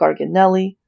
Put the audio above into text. garganelli